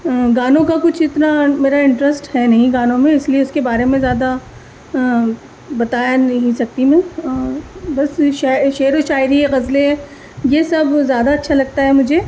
گانوں کا اچھا اتنا میرا انٹرسٹ ہے نہیں گانوں میں اس لیے اس کے بارے میں زیادہ بتایا نہیں سکتی میں بس شعر و شاعری غزلیں یہ سب زیادہ اچھا لگتا ہے مجھے